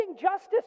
justice